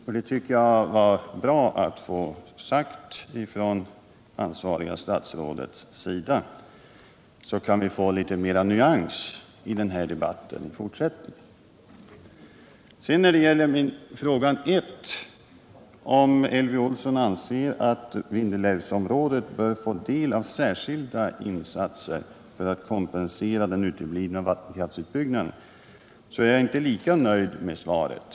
Jag tycker att det var bra sagt av det ansvariga statsrådet, så att vi kan föra en litet mera nyanserad debatt i fortsättningen. När det sedan gäller den första frågan, om Elvy Olsson anser att särskilda insatser bör göras för Vindelälvsområdet för att kompensera den uteblivna vattenkraftsutbyggnaden, är jag inte nöjd med svaret.